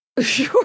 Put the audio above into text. sure